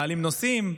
מעלים נושאים.